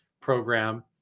program